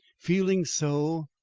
feeling so,